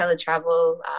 Travel